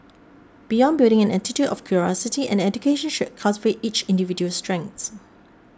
beyond building an attitude of curiosity an education should cultivate each individual's strengths